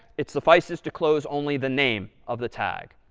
it suffices to close only the name of the tag.